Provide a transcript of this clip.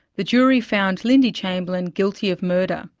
the jury found lindy chamberlain guilty of murder,